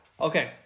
Okay